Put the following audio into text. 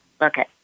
Okay